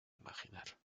imaginar